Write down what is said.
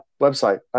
website